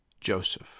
Joseph